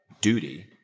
duty